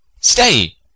Stay